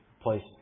place